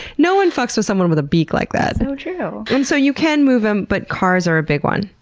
no one fucks with someone with a beak like that. so true! and so you can move them, but cars are a big one.